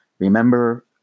Remember